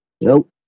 Nope